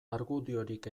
argudiorik